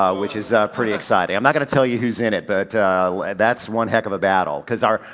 ah which is pretty exciting. i'm not gonna tell you who's in it, but that's one heck of a battle. cause our,